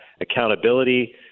accountability